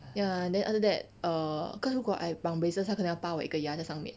ya then after that err cause 如果 I 绑 braces 他可能要拔我一个牙在上面